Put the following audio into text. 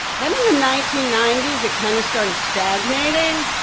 then in the nineteen ninety s, it kind of started stagnating.